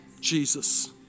Jesus